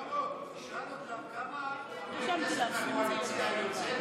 שלמה, תשאל אותם כמה חברי כנסת בקואליציה היוצאת